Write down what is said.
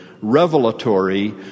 revelatory